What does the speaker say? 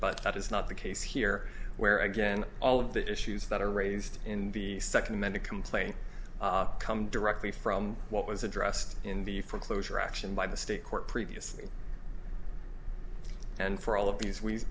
but that is not the case here where again all of the issues that are raised in the second amended complaint come directly from what was addressed in the foreclosure action by the state court previously and for all of these we